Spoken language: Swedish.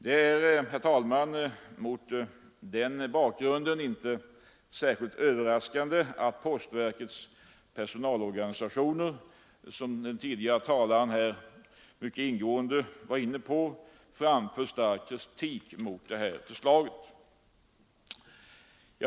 Det är, herr talman, mot den bakgrunden inte särskilt överraskande att postverkets personalorganisationer, som den tidigare talaren här mycket ingående var inne på, framfört stark kritik mot förslaget.